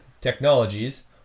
Technologies